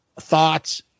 thoughts